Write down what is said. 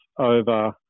over